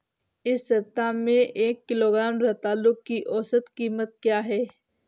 इस सप्ताह में एक किलोग्राम रतालू की औसत कीमत क्या है?